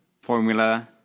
formula